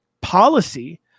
policy